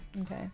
Okay